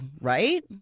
right